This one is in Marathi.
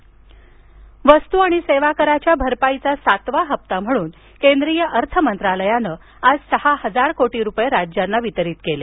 जीएसटी वस्तू आणि सेवाकराचा भरपाईचा सातवा हप्ता म्हणून केंद्रीय अर्थमंत्रालयानं आज सहा हजार कोटी रुपये राज्यांना वितरीत केले